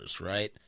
right